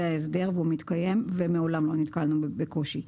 ההסדר והוא מתקיים ומעולם לא נתקלנו בקושי.